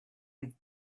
with